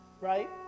right